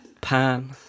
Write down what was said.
pan